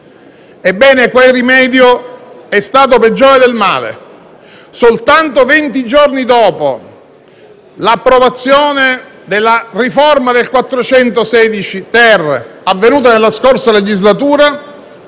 Ebbene, quel rimedio è stato peggiore del male. Soltanto venti giorni dopo l'approvazione della riforma dell'articolo 416-*ter*, avvenuta nella scorsa legislatura,